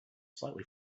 slightly